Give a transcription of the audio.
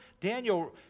Daniel